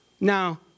Now